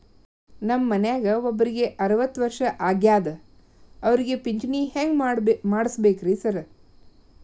ನಮ್ ಮನ್ಯಾಗ ಒಬ್ರಿಗೆ ಅರವತ್ತ ವರ್ಷ ಆಗ್ಯಾದ ಅವ್ರಿಗೆ ಪಿಂಚಿಣಿ ಹೆಂಗ್ ಮಾಡ್ಸಬೇಕ್ರಿ ಸಾರ್?